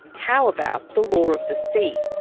how about the law of the sea?